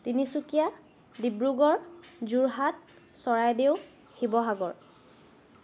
Tinsukia Dibrugarh Jorhat Charaideo Sivasagar